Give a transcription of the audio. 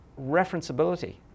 referenceability